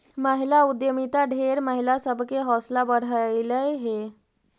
महिला उद्यमिता ढेर महिला सब के हौसला बढ़यलई हे